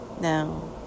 Now